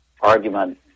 argument